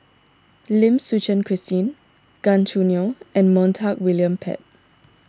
Lim Suchen Christine Gan Choo Neo and Montague William Pett